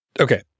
Okay